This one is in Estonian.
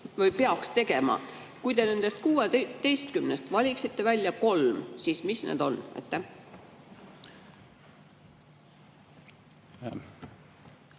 mida peaks tegema. Kui te nendest 16-st valiksite välja kolm, siis mis need on?